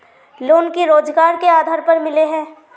Loan की रोजगार के आधार पर मिले है?